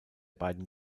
beiden